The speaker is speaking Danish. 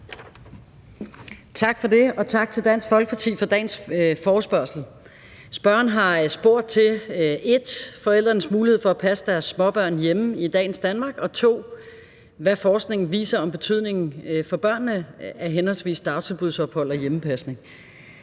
Tak for det, og tak til Dansk Folkeparti for dagens forespørgsel. Forespørgerne har spurgt til 1) forældrenes mulighed for at passe deres småbørn hjemme i dagens Danmark og 2) hvad forskningen viser om betydningen for børnene af henholdsvis dagtilbudsophold og hjemmepasning.